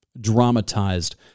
dramatized